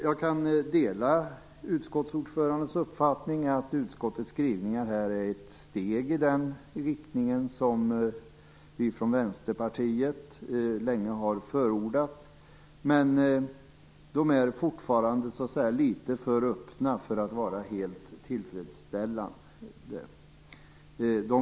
Jag kan dela utskottsordförandens uppfattning att utskottets skrivningar här är ett steg i den riktning som vi i Vänsterpartiet länge har förordat, men de är fortfarande litet för öppna för att vara helt tillfredsställande.